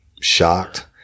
shocked